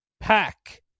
pack